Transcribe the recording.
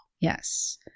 Yes